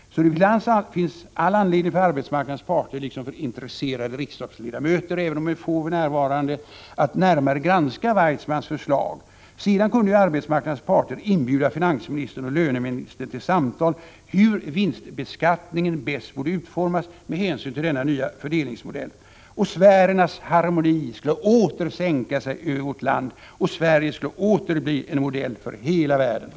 Det finns all anledning för arbetsmarknadens parter liksom för intresserade riksdagsledamöter, även om de är få här i kammaren för närvarande, att närmare granska Weitzmans förslag. Sedan kunde ju arbetsmarknadens parter inbjuda finansministern och löneministern till samtal om hur vinstbeskattningen bäst borde utformas med hänsyn till. denna nya fördelningsmodell. Sfärernas harmoni skulle åter sänka sig över vårt land, och Sverige skulle åter bli en modell för hela världen.